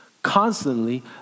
Constantly